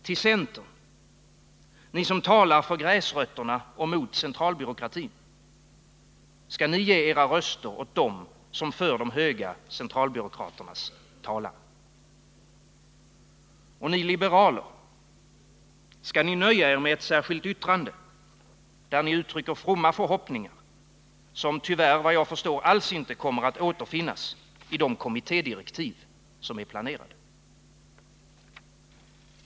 Till centern: Ni som talar för gräsrötterna och mot centralbyråkratin, skall ni ge era röster åt dem som för, de höga centralbyråkraternas talan? Och ni liberaler, skall ni nöja er med ett särskilt yttrande, där ni uttrycker fromma förhoppningar som vad jag förstår alls inte kommer att återfinnas i de kommittédirektiv som är planerade?